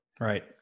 right